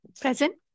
Present